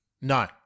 No